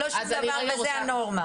לא שום דבר וזה הנורמה.